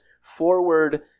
forward